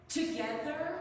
together